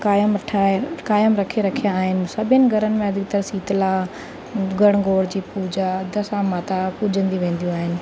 क़ाइम ठाहे क़ाइम रखे रखिया आहिनि सभिनी घरनि में अधिकतर शीतला गणगोर जी पूजा दशा माता पूॼंदी वेंदियूं आहिनि